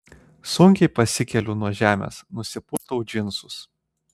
sunkiai pasikeliu nuo žemės nusipurtau džinsus